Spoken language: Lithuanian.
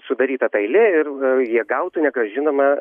sudaryta ta eilė ir jie gautų negrąžinamą